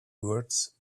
words